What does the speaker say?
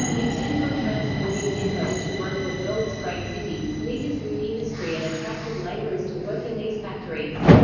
intent on transforming denver into one of the world's great cities, leaders wooed industry and attracted laborers to work in these factories.